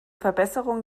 verbesserung